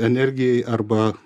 energijai arba